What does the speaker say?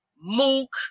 mook